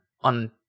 on